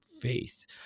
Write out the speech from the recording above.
faith